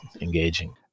engaging